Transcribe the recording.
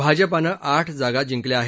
भाजपानं आठ जागा जिंकल्या आहेत